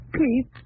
Please